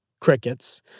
Crickets